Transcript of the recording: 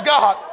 God